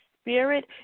spirit